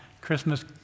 Christmas